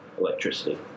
electricity